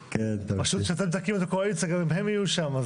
פשוט כשאתם תקימו את הקואליציה גם הם יהיו שם.